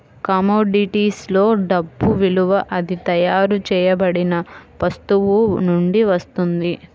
commodities లో డబ్బు విలువ అది తయారు చేయబడిన వస్తువు నుండి వస్తుంది